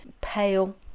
pale